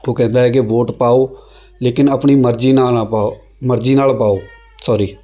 ਉਹ ਕਹਿੰਦਾ ਹੈ ਕਿ ਵੋਟ ਪਾਓ ਲੇਕਿਨ ਆਪਣੀ ਮਰਜ਼ੀ ਨਾਲ਼ ਨਾ ਪਾਓ ਮਰਜ਼ੀ ਨਾਲ਼ ਪਾਓ ਸੋਰੀ